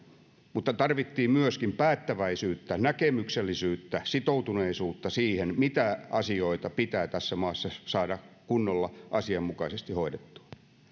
mutta tarvittiin myöskin päättäväisyyttä näkemyksellisyyttä sitoutuneisuutta siihen mitä asioita pitää tässä maassa saada kunnolla asianmukaisesti hoidettua